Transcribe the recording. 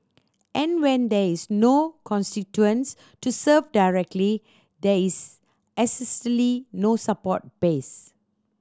and when there is no constituents to serve directly there is no support base